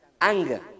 anger